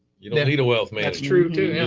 you don't need a wealth man. that's true too. and